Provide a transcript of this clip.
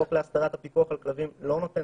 החוק להסדרת הפיקוח על כלבים לא נותן